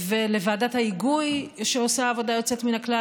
ולוועדת ההיגוי, שעושה עבודה יוצאת מן הכלל.